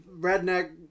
redneck